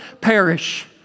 perish